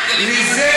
ולא דגלים ירוקים.